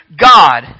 God